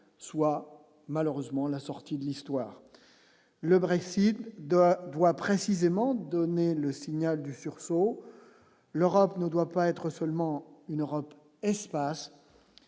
soit malheureusement la sortie de l'histoire, le Brexit doit doit précisément donné le signal du sursaut, l'Europe ne doit pas être seulement une Europe espace